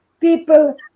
people